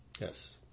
Yes